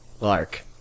Lark